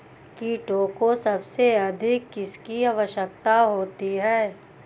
कीटों को सबसे अधिक किसकी आवश्यकता होती है?